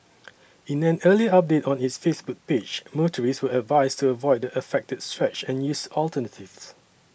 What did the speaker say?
in an early update on its Facebook page motorists were advised to avoid the affected stretch and use alternatives